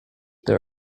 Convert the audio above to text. there